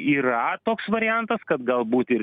yra toks variantas kad galbūt ir